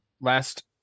last